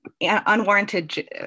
unwarranted